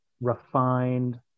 refined